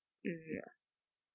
mmhmm